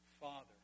Father